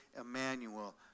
Emmanuel